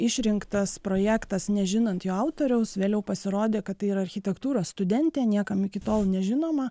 išrinktas projektas nežinant jo autoriaus vėliau pasirodė kad tai yra architektūros studentė niekam iki tol nežinoma